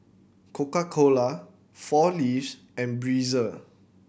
Coca Cola Four Leaves and Breezer